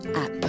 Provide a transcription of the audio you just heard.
app